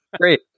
Great